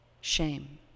shame